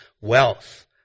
wealth